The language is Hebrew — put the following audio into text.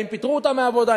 אם פיטרו אותם מהעבודה,